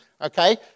Okay